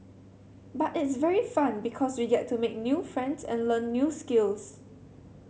but it's very fun because we get to make new friends and learn new skills